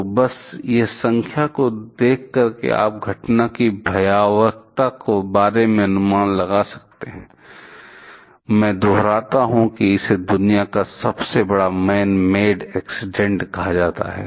तो बस इस संख्या को देखकर आप घटना की भयावहता के बारे में अनुमान लगा सकते हैं मैं दोहराता हूं कि इसे दुनिया का सबसे बड़ा मैन मेड एक्सीडेंट कहा जाता है